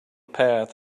path